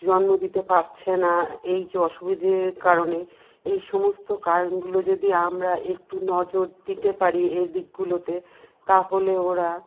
জন্ম দিতে পারছে না এই যে অসুবিধের কারণে এই সমস্ত কারণগুলো যদি আমরা একটু নজর দিতে পারি এই দিকগুলোতে তাহলে ওরা